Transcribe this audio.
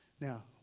now